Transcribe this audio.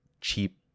cheap